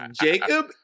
Jacob